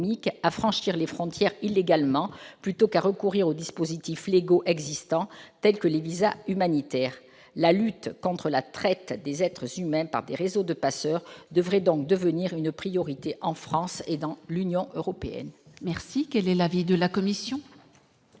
à franchir les frontières illégalement plutôt qu'à recourir aux dispositifs légaux existants, tels que les visas humanitaires. La lutte contre la traite des êtres humains par des réseaux de passeurs devrait donc devenir une priorité en France et dans l'Union européenne ! Quel est l'avis de la commission ?